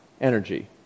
energy